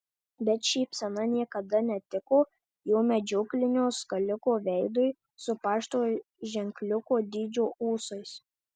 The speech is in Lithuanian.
bet šypsena niekada netiko jo medžioklinio skaliko veidui su pašto ženkliuko dydžio ūsais